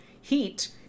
heat